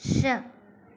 शह